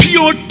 Pure